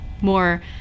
more